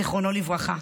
זיכרונו לברכה,